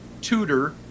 tutor